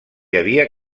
havia